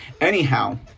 Anyhow